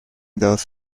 those